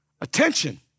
attention